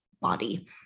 body